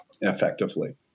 effectively